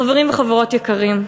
חברים וחברות יקרים,